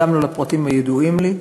גם לא לפרטים הידועים לי,